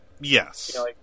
Yes